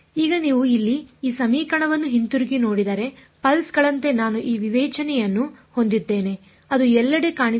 ಈಗ ನೀವು ಇಲ್ಲಿ ಈ ಸಮೀಕರಣವನ್ನು ಹಿಂತಿರುಗಿ ನೋಡಿದರೆ ಪಲ್ಸ್ ಗಳಂತೆ ನಾನು ಈ ವಿವೇಚನೆಯನ್ನು ಹೊಂದಿದ್ದೇನೆ ಅದು ಎಲ್ಲೆಡೆ ಕಾಣಿಸಿಕೊಳ್ಳಲಿದೆ